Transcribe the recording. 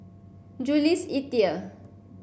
Jules Itier